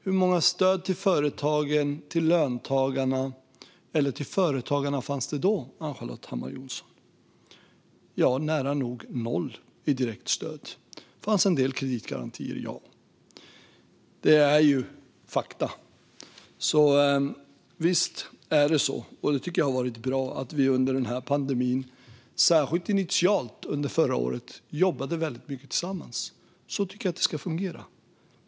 Hur många stöd till företagen, till löntagarna eller till företagarna fanns det då, Ann-Charlotte Hammar Johnsson? Det fanns nära nog noll i direkta stöd. Det fanns en del kreditgarantier. Men detta är fakta. Visst är det på det sättet - och det har varit bra - att vi under den här pandemin, särskilt initialt under förra året, har jobbat väldigt mycket tillsammans. Så tycker jag att det ska fungera.